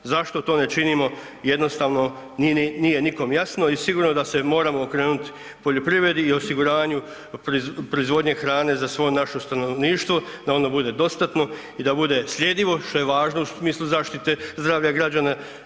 Zašto to ne činimo jednostavno nije nikom jasno i sigurno da se moramo okrenuti poljoprivredi i osiguravanju proizvodnje hrane za svo naše stanovništvo, da ono bude dostatno i da bude sljedivo što je važno u smislu zaštite zdravlja građana.